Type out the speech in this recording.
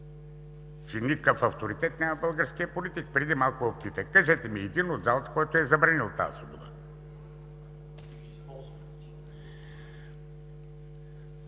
че никакъв авторитет няма българският политик? Преди малко Ви питах: кажете ми един от залата, който е забранил тази свобода?